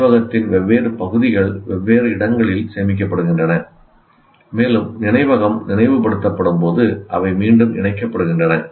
நினைவகத்தின் வெவ்வேறு பகுதிகள் வெவ்வேறு இடங்களில் சேமிக்கப்படுகின்றன மேலும் நினைவகம் நினைவுபடுத்தப்படும்போது அவை மீண்டும் இணைக்கப்படுகின்றன